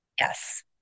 Yes